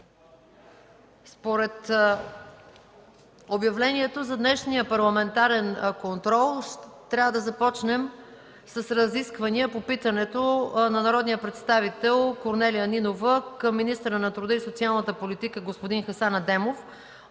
според обявлението за днешния парламентарен контрол трябва да започнем с разисквания по питането на народния представител Корнелия Нинова към министъра на труда и социалната политика Хасан Адемов,